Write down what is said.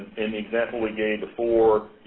in the example we gave before,